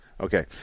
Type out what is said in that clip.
Okay